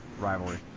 rivalry